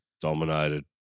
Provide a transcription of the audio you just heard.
dominated